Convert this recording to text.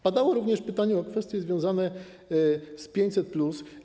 Padało również pytanie o kwestie związane z 500+.